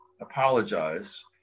apologize